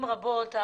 את